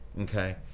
okay